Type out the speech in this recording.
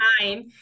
time